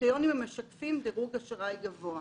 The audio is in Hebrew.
קריטריונים המשקפים דירוג אשראי גבוה.